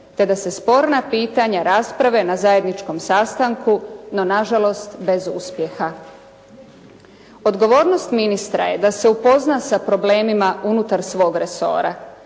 te da se sporna pitanja rasprave na zajedničkom sastanku, no na žalost bez uspjeha. Odgovornost ministra je da se upozna sa problemima unutar svog resora.